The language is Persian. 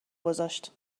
گذاشت